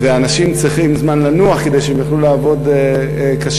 ואנשים צריכים זמן לנוח כדי שהם יוכלו לעבוד קשה,